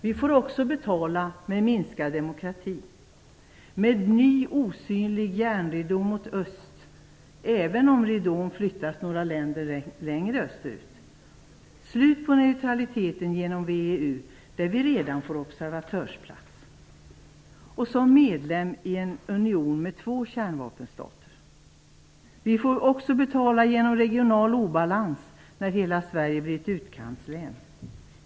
Vi får också betala med minskad demokrati, med en ny osynlig järnridå mot öst, även om ridån flyttas några länder längre österut. Det blir slut på neutraliteten genom WEU, där vi redan får observatörsplats. Som medlem i en union med två kärnvapenstater får vi också betala, liksom genom regional obalans, när hela Sverige blir ett utkantslän.